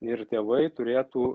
ir tėvai turėtų